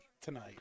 tonight